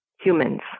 humans